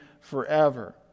forever